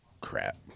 crap